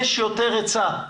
יש יותר היצע.